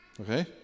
Okay